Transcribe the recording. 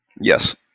Yes